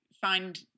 find